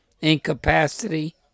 incapacity